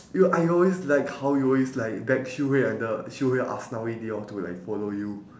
ya I always like how you always like beg xiu-hui and the xiu-hui and aslawi they all to like follow you